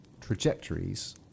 trajectories